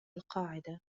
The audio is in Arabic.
القاعدة